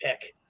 pick